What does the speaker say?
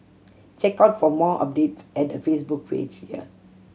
check out for more updates at her Facebook page here